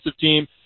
team